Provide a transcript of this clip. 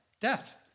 Death